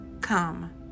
come